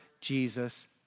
Jesus